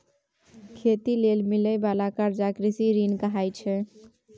खेती लेल मिलइ बाला कर्जा कृषि ऋण कहाइ छै